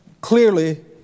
clearly